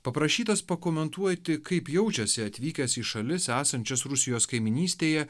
paprašytas pakomentuoti kaip jaučiasi atvykęs į šalis esančias rusijos kaimynystėje